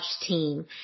team